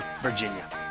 Virginia